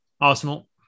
Arsenal